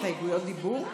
הסתייגויות דיבור?